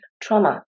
trauma